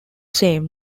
same